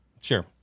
Sure